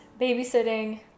babysitting